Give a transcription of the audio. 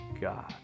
God